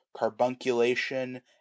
carbunculation